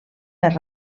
més